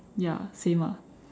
ya same ah